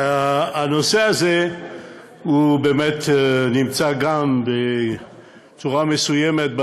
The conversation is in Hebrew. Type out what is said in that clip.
הנושא הזה באמת נמצא בצורה מסוימת גם